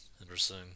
Interesting